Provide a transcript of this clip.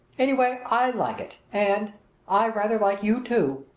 anyhow, i like it and i rather like you, too.